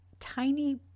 tiny